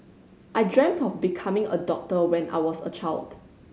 I dreamt of becoming a doctor when I was a child